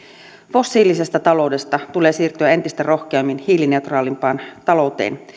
fossiilisesta taloudesta tulee siirtyä entistä rohkeammin hiilineutraalimpaan talouteen